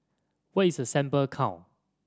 what is a sample count